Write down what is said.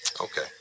Okay